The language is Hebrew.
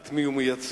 את מי הוא מייצג,